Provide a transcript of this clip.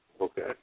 okay